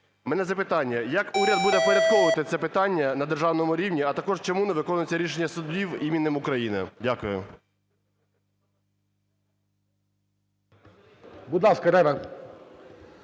В мене запитання. Як уряд буде впорядковувати це питання на державному рівні? А також чому не виконується рішення судів іменем України? Дякую.